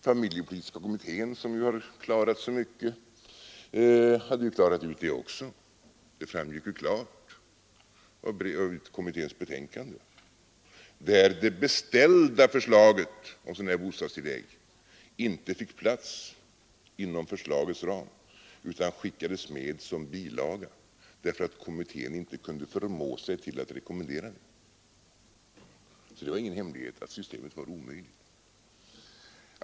Familjepolitiska kommittén, som har klarat så mycket, hade kommit fram till det också. Det framgick av kommitténs betänkande. Det beställda förslaget om ett sådant här bostadstillägg fick inte plats inom huvudförslagets ram utan skickades med som bilaga — därför att kommittén inte kunde förmå sig till att rekommendera det. Det var alltså ingen hemlighet att systemet var omöjligt.